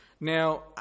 Now